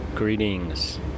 Greetings